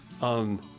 on